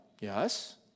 Yes